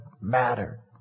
matter